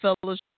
Fellowship